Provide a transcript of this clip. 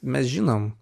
mes žinom